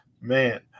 Man